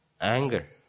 anger